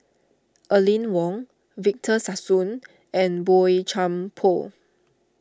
Aline Wong Victor Sassoon and Boey Chuan Poh